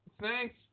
thanks